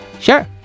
Sure